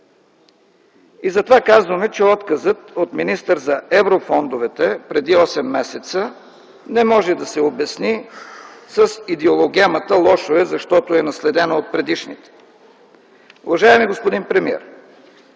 Затова казваме, че отказът от министър за еврофондовете преди осем месеца не може да се обясни с идеологемата: лошо е, защото е наследено от предишните. Уважаеми господин премиер,